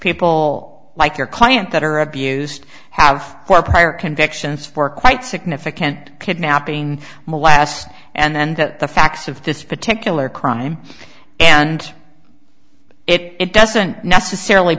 people like your client that are abused have four prior convictions for quite significant kidnapping molest and then the facts of this particular crime and it doesn't necessarily